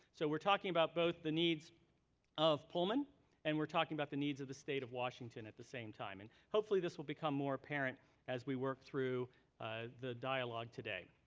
so we're talking about both the needs of pullman and we're talking about the needs of the state of washington at the same time. and hopefully this will become more apparent as we work through ah the dialogue today.